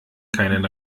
keinen